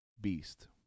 Beast